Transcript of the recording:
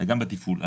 וגם בתפעול.